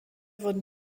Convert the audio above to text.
wurden